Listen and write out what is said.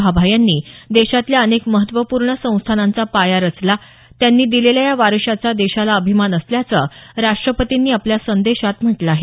भाभा यांनी देशातल्या अनेक महत्त्वपूर्ण संस्थानांचा पाया रचला त्यांनी दिलेल्या या वारशाचा देशाला अभिमान असल्याचं राष्ट्रपतींनी आपल्या संदेशात म्हटलं आहे